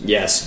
Yes